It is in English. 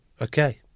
Okay